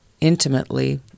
intimately